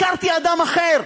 הכרתי אדם אחר,